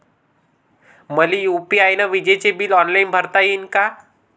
मले यू.पी.आय न विजेचे बिल ऑनलाईन भरता येईन का?